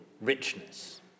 richness